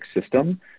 system